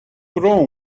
rome